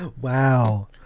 Wow